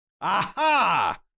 Aha